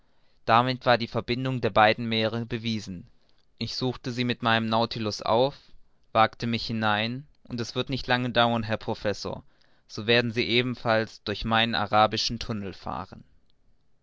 damit war die verbindung der beiden meere bewiesen ich suchte sie mit meinem nautilus auf wagte mich hinein und es wird nicht lange dauern herr professor so werden sie ebenfalls durch meinen arabischen tunnel fahren